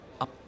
up